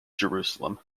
jerusalem